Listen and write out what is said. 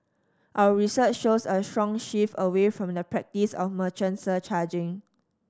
our research shows a strong shift away from the practice of merchant surcharging